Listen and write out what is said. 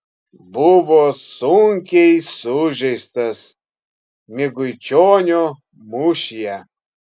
buvo sunkiai sužeistas miguičionių mūšyje